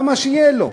למה שיהיה לו?